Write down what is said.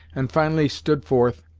and finally stood forth,